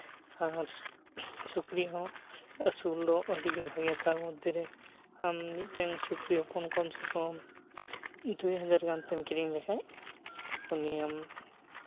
ᱟᱨ ᱥᱩᱠᱨᱤ ᱦᱚᱸ ᱟᱹᱥᱩᱞ ᱫᱚ ᱟᱹᱰᱤᱜᱮ ᱵᱷᱟᱹᱜᱤᱭᱟ ᱛᱟᱨ ᱢᱚᱫᱽᱫᱷᱮ ᱨᱮ ᱟᱢ ᱢᱤᱫᱴᱮᱱ ᱥᱩᱠᱨᱤ ᱦᱚᱯᱚᱱ ᱠᱚᱢᱥᱮ ᱠᱚᱢ ᱫᱩᱭ ᱦᱟᱡᱟᱨ ᱜᱟᱱ ᱛᱮᱢ ᱠᱤᱨᱤᱧ ᱞᱮᱠᱷᱟᱱ ᱩᱱᱤ ᱟᱢ